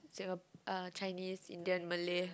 Singa~ uh Chinese Indian Malay